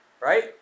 Right